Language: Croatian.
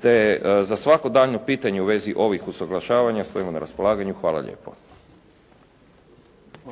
te za svako daljnje pitanje u vezi ovih usuglašavanja stojimo na raspolaganju. Hvala lijepo.